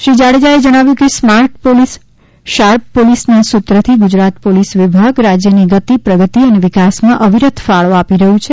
શ્રી જાડેજાએ જણાવ્યું કે સ્માર્ટ પોલીસ શાર્પ પોલીસ ના સૂત્રથી ગુજરાત પોલીસ વિભાગ રાજ્યની ગતિ પ્રગતિ અને વિકાસમાં આવિરત ફાળો આપી રહ્યું છે